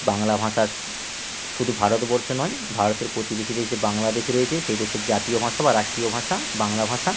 বাংলা ভাষা শুধু ভারতবর্ষে নয় ভারতের প্রতিবেশী দেশ যে বাংলাদেশে রয়েছে সেই দেশের জাতীয় ভাষা বা রাষ্ট্রীয় ভাষা বাংলা ভাষা